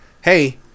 hey